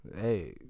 Hey